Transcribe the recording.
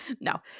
No